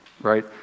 right